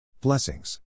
Blessings